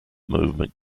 movement